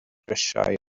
grisiau